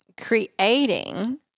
creating